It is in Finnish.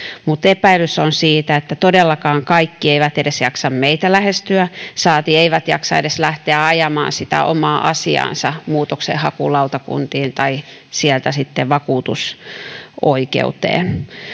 mutta epäilys on siitä että todellakaan kaikki eivät edes jaksa meitä lähestyä saati edes jaksa lähteä ajamaan sitä omaa asiaansa muutoksenhakulautakuntiin tai sieltä sitten vakuutusoikeuteen